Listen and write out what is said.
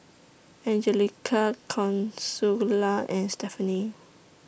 Angelica Consuela and Stephanie